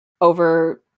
over